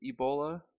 Ebola